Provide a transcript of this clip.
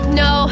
no